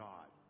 God